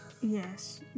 Yes